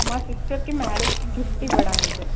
మా సిస్టర్కి మ్యారేజ్కి గిఫ్ట్ ఇవ్వడానికి